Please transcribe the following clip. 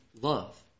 love